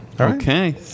Okay